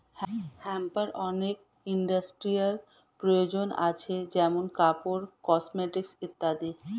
হেম্পের অনেক ইন্ডাস্ট্রিয়াল প্রয়োজন আছে যেমন কাপড়, কসমেটিকস ইত্যাদি